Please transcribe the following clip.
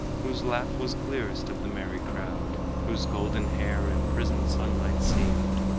whose laugh was clearest of the merry crowd, whose golden hair imprisoned sunlight seemed,